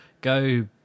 go